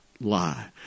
lie